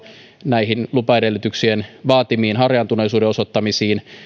näihin lupaedellytyksien vaatimiin harjaantuneisuuden osoittamisiin